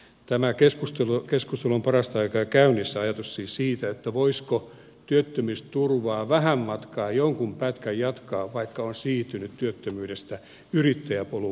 tämä keskustelu on parastaikaa käynnissä ajatus siis siitä voisiko työttömyysturvaa vähän matkaa jonkun pätkän jatkaa vaikka on siirtynyt työttömyydestä yrittäjäpolun valitsemiseen